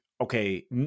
Okay